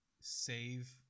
save